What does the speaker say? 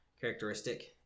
characteristic